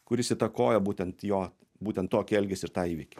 kuris įtakoja būtent jo būtent tokį elgesį ir tą įvykį